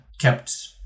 kept